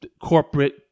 corporate